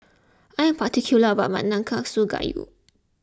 I am particular about my Nanakusa Gayu